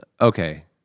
okay